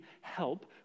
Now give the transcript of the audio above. help